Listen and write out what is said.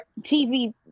TV